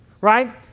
right